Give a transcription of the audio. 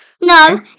No